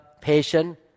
patient